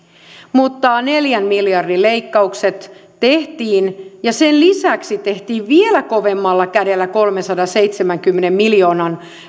mutta neljän miljardin leikkaukset tehtiin ja sen lisäksi tehtiin vielä kovemmalla kädellä kolmensadanseitsemänkymmenen miljoonan